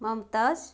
Mumtaz